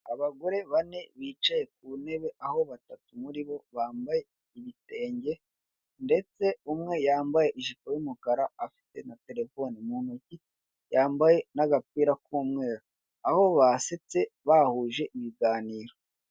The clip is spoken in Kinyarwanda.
Abagore bane bicaye ku ntebe aho batatu muri bo bambaye ibitenge ndetse umwe yambaye ijipo yumukara afite na terefone mu ntoki yambaye n'agapira k'umweru, aho basetse bahuje ibiganiro.